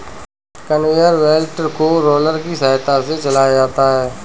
conveyor belt को roller की सहायता से चलाया जाता है